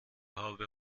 haube